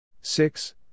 Six